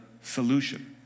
solution